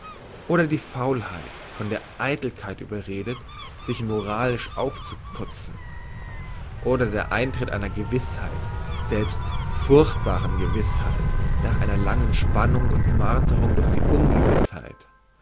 oder die faulheit von der eitelkeit überredet sich moralisch aufzuputzen oder der eintritt einer gewissheit selbst furchtbaren gewissheit nach einer langen spannung und marterung durch die ungewissheit